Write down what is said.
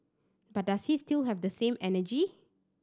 but does he still have the same energy